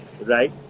right